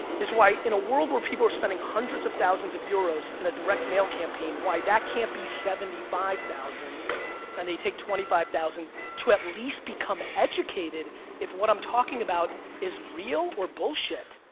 is why in a world where people are spending hundreds of thousands of euros in a direct mail campaign why that can't be seventy five thousand and they take twenty five thousand to at least become educated if what i'm talking about is real or bullshit.